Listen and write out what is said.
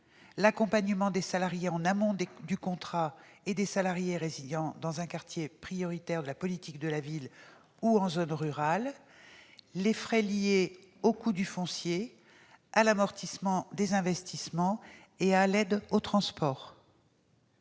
l'accompagnement des salariés en amont du contrat et des salariés résidant dans un quartier prioritaire de la politique de la ville ou en zone rurale, les frais liés au coût du foncier, à l'amortissement des investissements et à l'aide au transport.